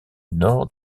nord